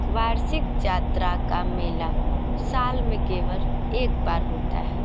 वार्षिक जात्रा का मेला साल में केवल एक बार होता है